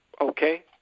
Okay